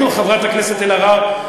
חברת הכנסת אלהרר,